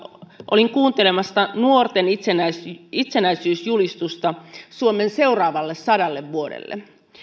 olin kuuntelemassa nuorten itsenäisyysjulistusta suomen seuraavalle sadalle vuodelle